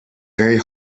very